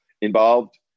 involved